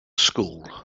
school